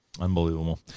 Unbelievable